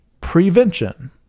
prevention